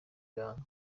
ibanga